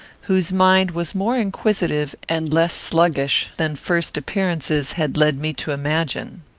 whose mind was more inquisitive and less sluggish than first appearances had led me to imagine.